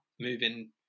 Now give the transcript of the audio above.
moving